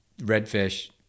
redfish